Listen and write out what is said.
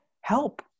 help